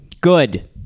Good